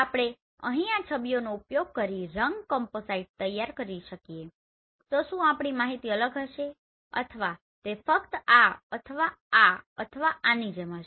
આપણે અહીં આ છબીઓનો ઉપયોગ કરીને રંગ કામ્પોસાઈટ તૈયાર કરી શકીએ તો શું આપણી માહિતી અલગ હશે અથવા તે ફક્ત આ અથવા આ અથવા આની જેમ રહેશે